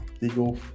legal